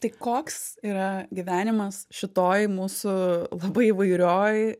tai koks yra gyvenimas šitoj mūsų labai įvairioj